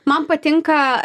man patinka